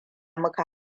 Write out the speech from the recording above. muka